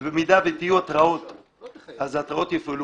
- במידה ויהיו התראות, אז ההתראות יופעלו.